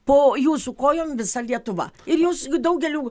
po jūsų kojom visa lietuva ir jūs daugelių